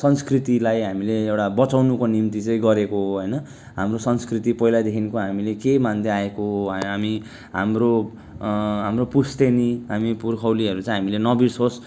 संस्कृतिलाई हामीले एउटा बचाउनको निम्ति चाहिँ गरेको हो होइन हाम्रो संस्कृति पहिलादेखिको हामीले के मान्दैआएको हो हामी हाम्रो हाम्रो पुस्तैनी हामी पुर्खौलीहरू चाहिँ हामीले नबिर्सियोस्